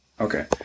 Okay